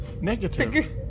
negative